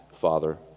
Father